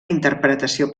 interpretació